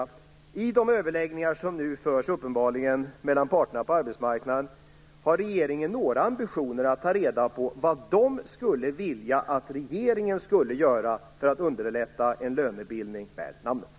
När det gäller de överläggningar som nu förs mellan parterna på arbetsmarknaden, har regeringen några ambitioner att ta reda på vad de vill att regeringen skall göra för att underlätta en lönebildning värd namnet?